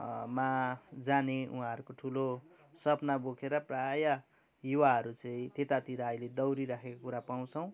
मा जाने उहाँहरूको ठुलो सपना बोकेर प्रायः युवाहरू चाहिँ यतातिर अहिले दौडिराखेको कुरा पाउँछौँ